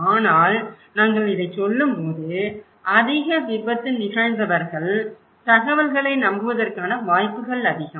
ஆனால் நாங்கள் இதைச் சொல்லும்போது அதிக விபத்து நிகழ்ந்தவர்கள் தகவல்களை நம்புவதற்கான வாய்ப்புகள் அதிகம்